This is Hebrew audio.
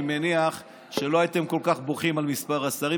אני מניח שלא הייתם כל כך בוכים על מספר השרים,